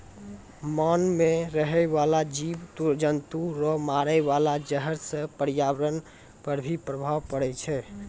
मान मे रहै बाला जिव जन्तु रो मारे वाला जहर से प्रर्यावरण पर भी प्रभाव पड़ै छै